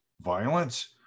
violence